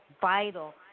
vital